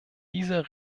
dieser